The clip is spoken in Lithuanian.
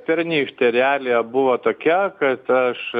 pernykštė realija buvo tokia kad aš